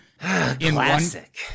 Classic